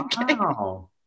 Wow